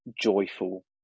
joyful